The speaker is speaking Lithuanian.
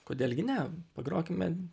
kodėl gi ne pagrokime